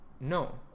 No